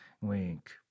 Wink